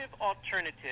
alternative